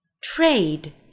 trade